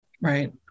Right